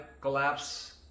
collapse